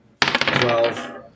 Twelve